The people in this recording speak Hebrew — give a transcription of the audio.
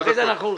בבקשה.